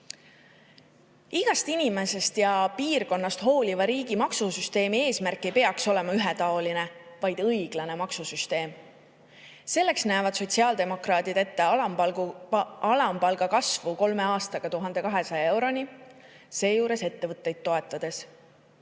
eurot. Igast inimesest ja piirkonnast hooliva riigi maksusüsteemi eesmärk ei peaks olema ühetaoline, vaid õiglane maksusüsteem. Selleks näevad sotsiaaldemokraadid ette alampalga kasvu kolme aastaga 1200 euroni, seejuures ettevõtteid toetades.